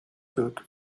book